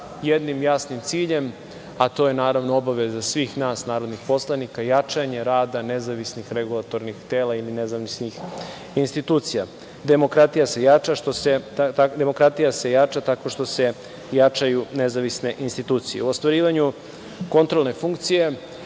jednim jasnim ciljem, a to je obaveza svih nas narodnih poslanika, jačanje rada nezavisnih regulatornih tela ili nezavisnih institucija. Demokratija se jača tako što se jačaju nezavisne institucije. U ostvarivanju kontrolne funkcije,